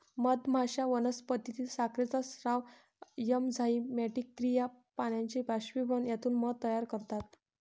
मधमाश्या वनस्पतीतील साखरेचा स्राव, एन्झाइमॅटिक क्रिया, पाण्याचे बाष्पीभवन यातून मध तयार करतात